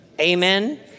Amen